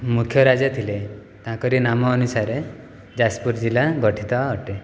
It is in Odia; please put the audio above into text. ମୁଖ୍ୟ ରାଜା ଥିଲେ ତାଙ୍କରି ନାମ ଅନୁସାରେ ଯାଜପୁର ଜିଲ୍ଲା ଗଠିତ ଅଟେ